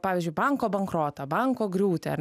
pavyzdžiui banko bankrotą banko griūtį ar